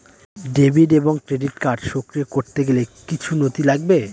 Debit এবং credit card সক্রিয় করতে গেলে কিছু নথি লাগবে?